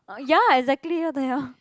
ya exactly what the hell